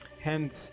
Hence